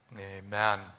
Amen